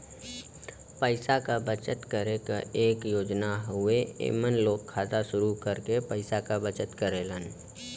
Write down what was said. पैसा क बचत करे क एक योजना हउवे एमन लोग खाता शुरू करके पैसा क बचत करेलन